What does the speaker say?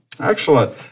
Excellent